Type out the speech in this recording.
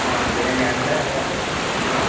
ആണോ പിന്നെ ഞണ്ട് അങ്ങനത്തെ ആ